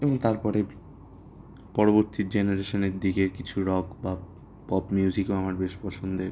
এবং তারপরে পরবর্তী জেনারেশনের দিকে কিছু রক বা পপ মিউজিকও আমার বেশ পছন্দের